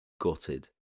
Gutted